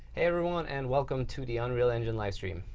everyone and welcome to the unreal engine livestream.